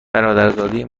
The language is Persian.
برادرزاده